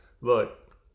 Look